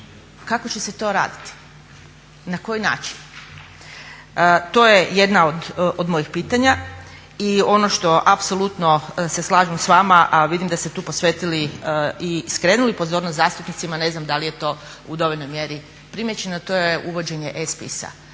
kako će se to raditi, na koji način? To je jedno od mojih pitanja. I ono što apsolutno se slažem s vama, a vidim da ste tu posvetili i skrenuli pozornost zastupnicima, ne znam da li je to u dovoljnoj mjeri primijećeno, to je uvođenje